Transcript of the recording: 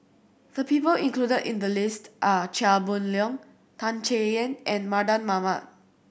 the people included in the list are Chia Boon Leong Tan Chay Yan and Mardan Mamat